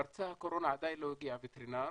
פרצה הקורונה, עדיין לא הגיע הווטרינר,